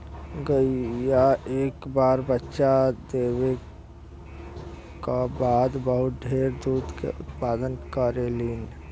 गईया एक बार बच्चा देवे क बाद बहुत ढेर दूध के उत्पदान करेलीन